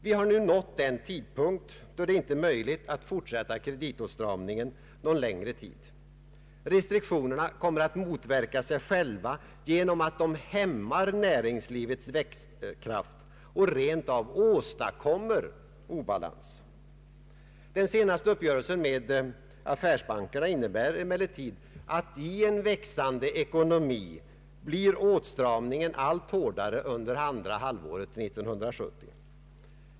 Vi har nu nått den tidpunkt då det inte är möjligt att fortsätta kreditåtstramningen «någon längre tid. Restriktionerna kommer att motverka sig själva genom att de hämmar näringslivets växtkraft och rent av åstadkommer obalans. Den senaste uppgörelsen med affärsbankerna innebär emellertid att i en växande ekonomi blir åtstramningen allt hårdare under andra halvåret 1970.